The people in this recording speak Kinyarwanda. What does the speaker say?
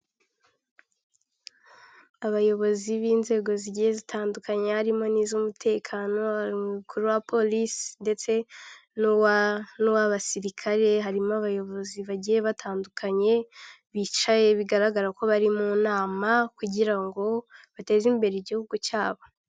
Abayobozi b'inzego zigiye zitandukanye harimo n'iz'umutekano haba umukuru wa police ndetse n'uw'abasirikare harimo abayobozi bagiye batandukanye bicaye bigaragara ko bari mu nama kugira ngo bateze imbere igihugu cyabo.